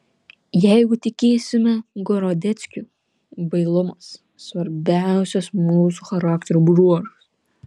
jeigu tikėsime gorodeckiu bailumas svarbiausias mūsų charakterio bruožas